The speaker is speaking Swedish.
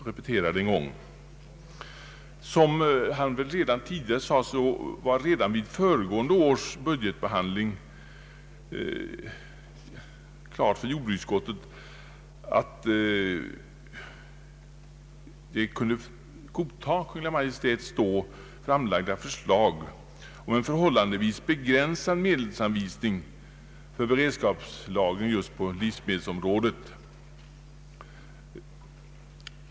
Redan vid föregående års budgetbehandling kunde jordbruksutskottet godta Kungl. Maj:ts då framlagda förslag om en förhållandevis begränsad medelsanvisning för beredskapslagring på livsmedelsområdet.